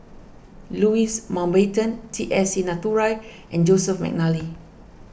Louis Mountbatten T S Sinnathuray and Joseph McNally